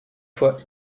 fois